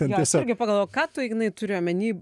jo aš irgi pagalvojau ką tu ignai turi omeny